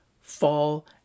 fall